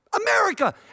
America